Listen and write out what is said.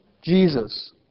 Jesus